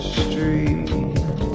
street